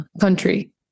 country